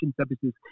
services